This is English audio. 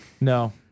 No